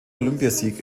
olympiasieg